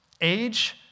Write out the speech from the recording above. age